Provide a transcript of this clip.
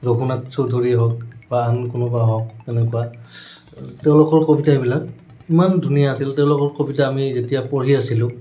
ৰঘুনাথ চৌধুৰী হওক বা আন কোনোবা হওক তেনেকুৱা তেওঁলোকৰ কবিতাবিলাক ইমান ধুনীয়া আছিল তেওঁলোকৰ কবিতা আমি যেতিয়া পঢ়ি আছিলোঁ